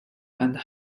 and